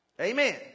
Amen